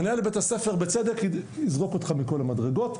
מנהל בית הספר בצדק יזרוק אותך מכל המדרגות,